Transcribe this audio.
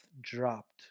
dropped